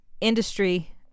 industry